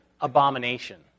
abomination